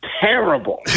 terrible